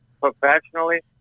professionally